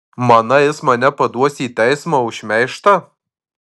manai jis mane paduos į teismą už šmeižtą